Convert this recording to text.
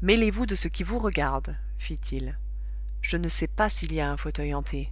mêlez-vous de ce qui vous regarde fit-il je ne sais pas s'il y a un fauteuil hanté